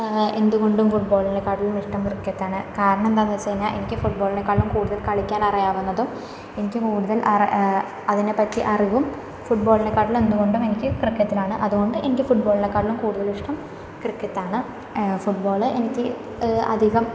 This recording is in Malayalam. എന്തുകൊണ്ടും ഫുട് ബോളിനേക്കാട്ടിലും ഇഷ്ടം ക്രിക്കറ്റാണ് കാരണം എന്താന്ന്ച്ച്ഴിഞ്ഞാൽ എനിക്ക് ഫുട്ബോളിനേക്കാളും കൂടുതൽ കളിക്കാനറിയാവുന്നതും എനിക്ക് കൂടുതൽ അറിയാം അതിനെപ്പറ്റി അറിവും ഫുട്ബോളിനേക്കാട്ടിലും എന്ത് കൊണ്ടും എനിക്ക് ക്രിക്കറ്റിലാണ് അതുകൊണ്ട് എനിക്ക് ഫുട്ബോളിനേക്കാളും കൂടുതൽ ഇഷ്ടം ക്രിക്കറ്റാണ് ഫുട്ബോള് എനിക്ക് അധികം